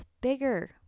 bigger